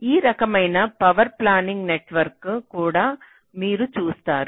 ఈ రకమైన power planning network కూడా మీరు చేస్తారు